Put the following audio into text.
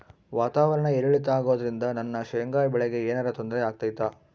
ವಾತಾವರಣ ಏರಿಳಿತ ಅಗೋದ್ರಿಂದ ನನ್ನ ಶೇಂಗಾ ಬೆಳೆಗೆ ಏನರ ತೊಂದ್ರೆ ಆಗ್ತೈತಾ?